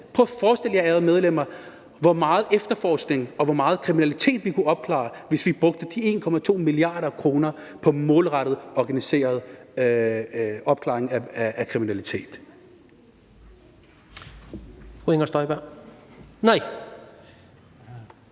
Prøv at forestille jer, ærede medlemmer, hvor meget efterforskning der kunne foretages, og hvor meget kriminalitet der kunne opklares, hvis vi brugte de 1,25 mia. kr. på målrettet at opklare kriminalitet.